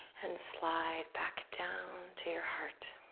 and slide back down to your heart.